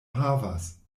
havas